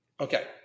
Okay